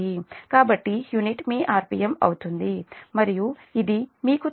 కాబట్టి యూనిట్ మీ rpm అవుతుంది మరియు ఇది మీకు తెలిసిన 120fPrpm మరియు ఇది 1803